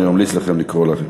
אני ממליץ לכם לקרוא להם.